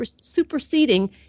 superseding